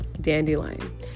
dandelion